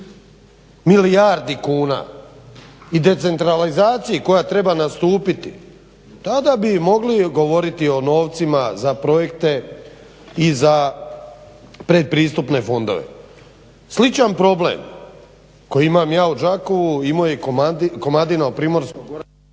milijardi kuna i decentralizaciju koja bi trebala nastupiti tada bi mogli govoriti o novcima za projekte i za pretpristupne fondove. Sličan problem koji imam ja u Đakovu imao je i Komadina u Primorsko-goranskoj